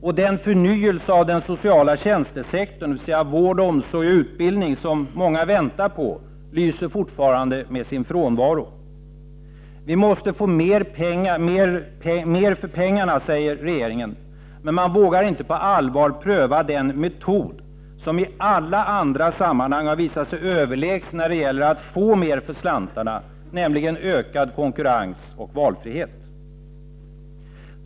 Och den förnyelse av den sociala tjänstesektorn — dvs. vård, omsorg och utbildning — som många väntar på lyser fortfarande med sin frånvaro. Vi måste få mer för pengarna säger regeringen, men vågar inte på allvar pröva den metod som i alla andra sammanhang har visat sig överlägsen när det gäller att verkligen få mer för slantarna, nämligen ökad konkurrens och valfrihet.